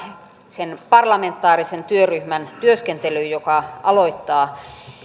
sen parlamentaarisen työryhmän työskentelyyn joka aloittaa